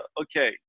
okay